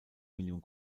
million